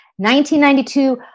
1992